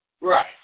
Right